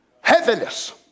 heaviness